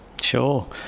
sure